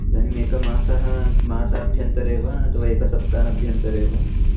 इदानीम् एकमासः मासाभ्यन्तरेव अतवा एकसप्ताहाभ्यन्तरे वा